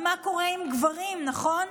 ומה קורה עם גברים, נכון?